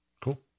Cool